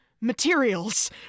materials